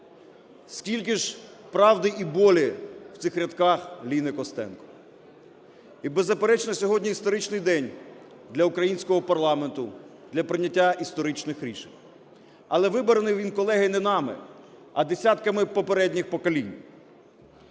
скільки ж правди і болі в цих рядках Ліни Костенко! І, беззаперечно, сьогодні історичний день для українського парламенту для прийняття історичних рішень. Але вибраний він, колеги, не нами, а десятками попередніх поколінь.